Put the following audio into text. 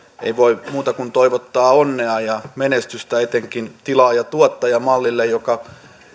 ei voi muuta kuin toivottaa onnea ja menestystä etenkin tilaaja tuottaja mallille joka